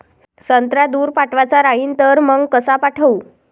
संत्रा दूर पाठवायचा राहिन तर मंग कस पाठवू?